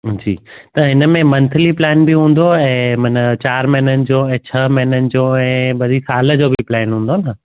जी त हिनमें monthly plan बि हूंदो मन चारि महीननि जो ऐं छह महीननि जो ऐं वरी साल जो बि प्लेन हूंदो न